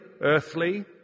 earthly